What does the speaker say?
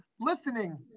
listening